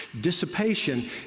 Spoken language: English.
Dissipation